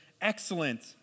excellent